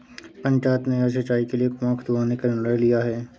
पंचायत ने आज सिंचाई के लिए कुआं खुदवाने का निर्णय लिया है